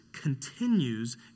continues